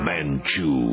Manchu